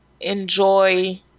enjoy